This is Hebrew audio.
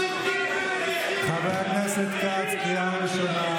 אל תשקר, חברי הכנסת, אני לא רוצה